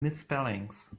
misspellings